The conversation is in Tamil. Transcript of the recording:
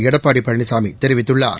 எடப்பாடி பழனிசாமி தெரிவித்துள்ளார்